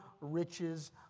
riches